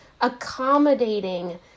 accommodating